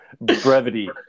Brevity